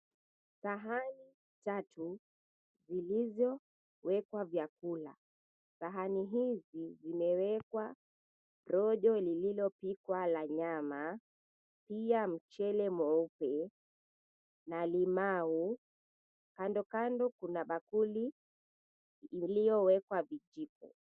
Sahani tatu zilizowekwa vyakula, sahani hizi zimewekwa rojo lililopikwa la nyama pia mchele mweupe na limau, kando kando kuna bakuli iliyowekwa vijiko.